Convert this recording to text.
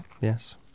Yes